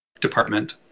department